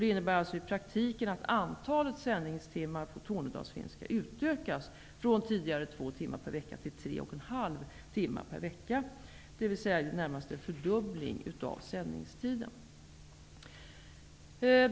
Det innebär i praktiken att antalet sändningstimmar på tornedalsfinska utökas från tidigare två timmar per vecka till tre och en halv timme per vecka, dvs. i det närmaste en fördubbling av sändningstiden.